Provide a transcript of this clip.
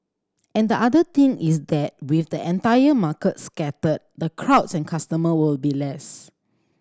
and the other thing is that with the entire market scattered the crowds and customers will be less